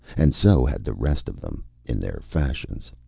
and so had the rest of them, in their fashions.